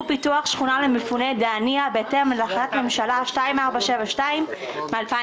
פיתוח שכונה למפוני דהנייה בהתאם להחלטת ממשלה מס' 2472 מ-2017.